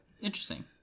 Interesting